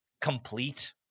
complete